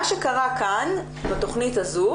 מה שקרה כאן בתכנית הזו,